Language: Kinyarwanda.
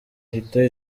ihita